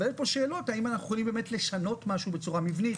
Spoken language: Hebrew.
אבל יש פה שאלות האם אנחנו יכולים באמת לשנות משהו בצורה מבנית,